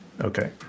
Okay